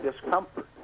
discomfort